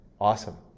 awesome